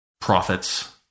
profits